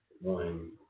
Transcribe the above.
one